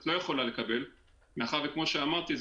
את לא יכולה לקבל מאחר וכמו שאמרתי,